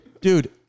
Dude